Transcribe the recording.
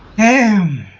am